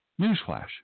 Newsflash